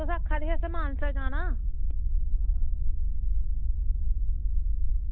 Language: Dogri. तुस आक्खा दे असें मानसर जाना